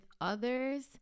others